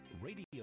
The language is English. radio